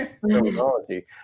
terminology